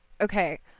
Okay